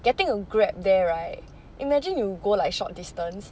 getting a Grab there right imagine you go like short distance